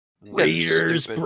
Raiders